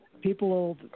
People